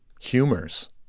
Humors